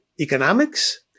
economics